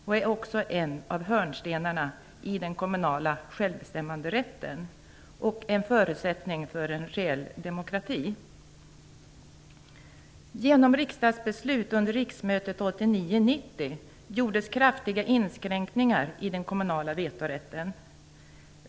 Den är också en av hörnstenarna i den kommunala självbestämmanderätten och en förutsättning för en reell demokrati. gjordes kraftiga inskränkningar i den kommunala vetorätten.